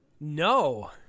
No